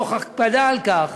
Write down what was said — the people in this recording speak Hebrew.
תוך הקפדה על כך